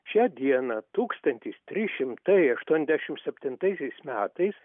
šią dieną tūkstantis trys šimtai aštuoniasdešimt septintaisiais metais